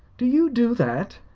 do you do that?